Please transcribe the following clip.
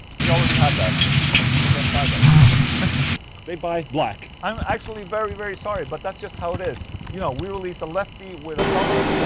we already had that but people don't buy those they buy black. i'm actually very very sorry, but that's just how it is. you know, we released a lefty with a color,